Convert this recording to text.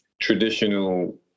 traditional